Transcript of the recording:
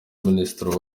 minisitiri